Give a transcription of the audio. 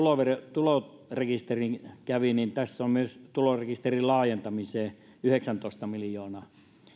tulorekisterin kävi niin tässä on myös tulorekisterin laajentamiseen yhdeksäntoista miljoonaa